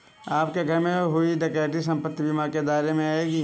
आपके घर में हुई डकैती संपत्ति बीमा के दायरे में आएगी